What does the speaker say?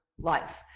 life